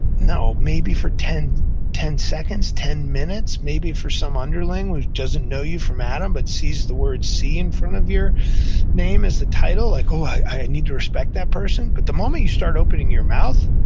no, maybe for ten ten seconds, ten minutes. maybe for some underling, who doesn't know you from adam, but sees the word c in front of your name as the title, like, oh, i need to respect that person. but the moment you start opening your mouth,